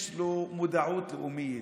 יש לו מודעות לאומית,